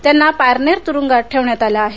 त्याना पारनेर तुरुंगात ठेवण्यात आले आहे